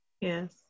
Yes